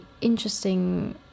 interesting